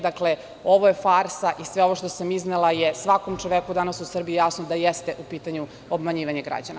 Dakle, ovo je farsa i sve ovo što sam iznela je svakom čoveku danas u Srbiji jasno da jeste u pitanju obmanjivanje građana.